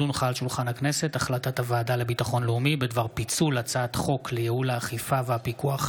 פ/3486/25: הצעת חוק-יסוד: השפיטה (תיקון,